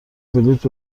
بلیط